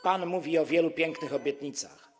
Pan mówi o wielu pięknych obietnicach.